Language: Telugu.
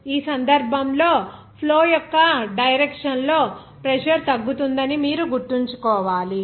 ఈ సందర్భంలో ఫ్లో యొక్క డైరెక్షన్ లో ప్రెజర్ తగ్గుతుందని మీరు గుర్తుంచుకోవాలి